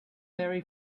marry